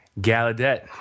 Gallaudet